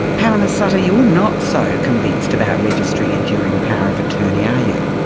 pamela suttor, you're not so convinced about registering enduring power of attorney, are you.